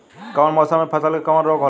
कवना मौसम मे फसल के कवन रोग होला?